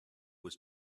was